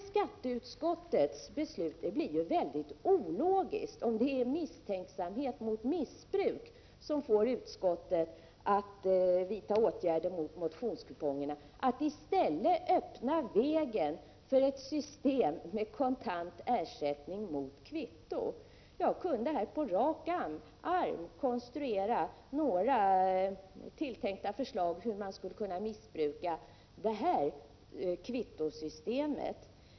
Skatteutskottets beslut blir ju mycket ologiskt, om det är misstanke om missbruk som får utskottet att vidta åtgärder mot motionskupongerna, och utskottet i stället öppnar vägen för ett system med kontant ersättning mot kvitto. Jag kunde här på rak arm konstruera några möjligheter att missbruka kvittosystemet.